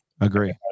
Agree